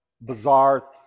bizarre